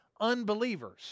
unbelievers